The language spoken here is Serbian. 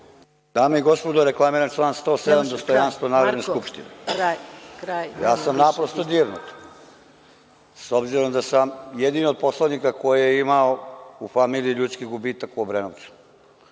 Dame i gospodo, reklamiram član 107. – dostojanstvo Narodne skupštine. Ja sam naprosto dirnut, s obzirom da sam jedini od poslanika koji je imao u familiji ljudski gubitak u Obrenovcu.